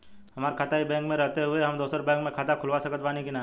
हमार खाता ई बैंक मे रहते हुये हम दोसर बैंक मे खाता खुलवा सकत बानी की ना?